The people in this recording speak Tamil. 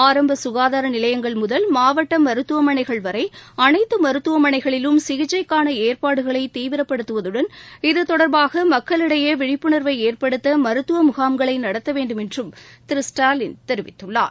ஆரம்ப சுகாதார நிலையங்கள் முதல் மாவட்ட மருத்துவமனைகள் வரை அனைத்து மருத்துவமனைகளிலும் சிகிச்சைக்கான ஏற்பாடுகளை தீவிரப்படுத்துவதுடன் இது தொடர்பாக மக்களிடையே விழிப்புணர்வை ஏற்படுத்த மருத்துவ முகாம்களை நடத்த வேண்டுமென்றும் திரு ஸ்டாலின் தெரிவித்துள்ளார்